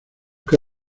qué